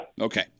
Okay